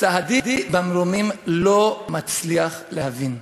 וסהדי במרומים, לא מצליח להבין.